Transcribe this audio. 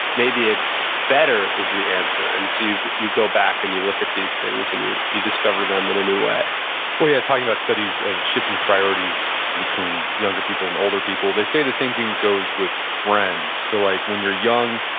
maybe it's, better is the answer. and so, you you go back and you look at these things, and you you discover them in a new way we're here yeah talking about studies of shifting priorities between younger people and older people. they say the same thing goes with friends. so, like, when you're young,